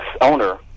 owner